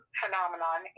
phenomenon